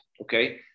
Okay